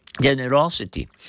Generosity